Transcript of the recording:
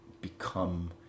become